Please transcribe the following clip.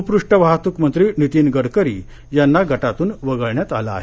भूपृष्ठवाहतूक मंत्री नीतीन गडकरी यांना गटातून वगळण्यात आलं आहे